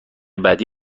بعدی